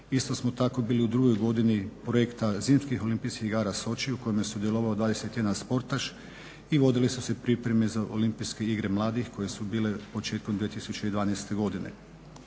Isto smo tako bili u drugoj godini projekta zimskih olimpijskih igara … u kome je sudjelovao 21 sportaš i vodile su se pripreme za olimpijske igre mladih koje su bile početkom 2012.godine.